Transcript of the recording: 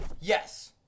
yes